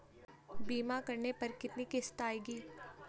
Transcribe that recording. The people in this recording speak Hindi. बीमा करने पर कितनी किश्त आएगी?